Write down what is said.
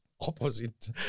opposite